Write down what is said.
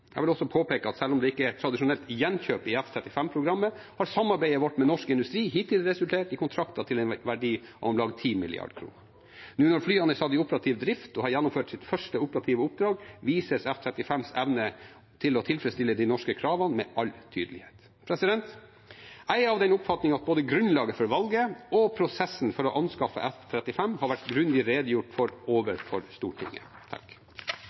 Jeg vil også påpeke at selv om det ikke er et tradisjonelt gjenkjøp i F-35-programmet, har samarbeidet vårt med norsk industri hittil resultert i kontrakter til en verdi av om lag 10 mrd. kr. Nå når flyene er satt i operativ drift og har gjennomført sitt første operative oppdrag, vises F-35s evne til å tilfredsstille de norske kravene med all tydelighet. Jeg er av den oppfatning at både grunnlaget for valget og prosessen for å anskaffe F-35 har vært grundig redegjort for overfor Stortinget.